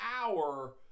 hour